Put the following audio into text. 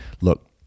Look